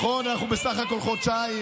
נכון, אנחנו בסך הכול חודשיים.